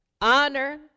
honor